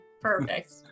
perfect